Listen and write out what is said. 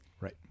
Right